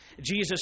Jesus